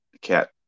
cat